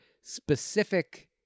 specific